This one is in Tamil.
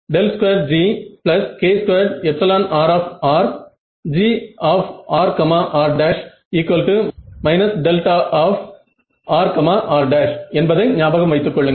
2Gk2rGrr rr என்பதை ஞாபகம் வைத்து கொள்ளுங்கள்